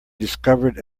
discovered